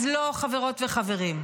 אז לא, חברות וחברים,